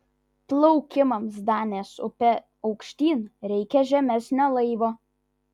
plaukimams danės upe aukštyn reikia žemesnio laivo